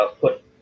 put